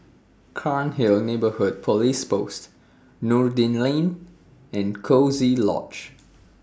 Cairnhill Neighbourhood Police Post Noordin Lane and Coziee Lodge